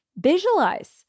visualize